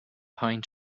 pine